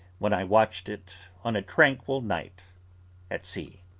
when i watched it on a tranquil night at sea.